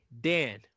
dan